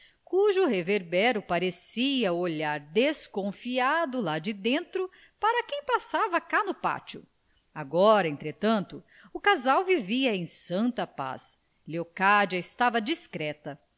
cujo revérbero parecia olhar desconfiado lá de dentro para quem passava cá no pátio agora entretanto o casal vivia em santa paz leocádia estava discreta